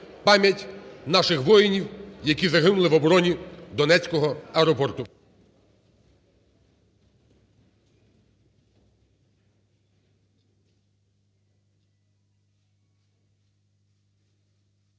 пам'ять наших воїнів, які загинули в обороні Донецького аеропорту.